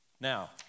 Now